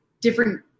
different